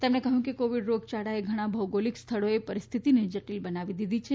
તેમણે કહ્યું કે કોવીડ રોગયાળાએ ઘણાં ભૌગોલિક સ્થળોએ પરિસ્થિતિને જટિલ બનાવી દીધી છે